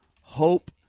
hope